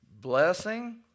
blessing